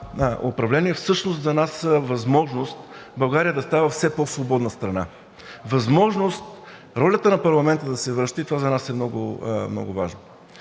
управление, всъщност за нас са възможност България да става все по-свободна страна, възможност ролята на парламента да се връща и това за нас е много важно.